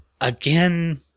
again